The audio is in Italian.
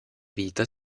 vita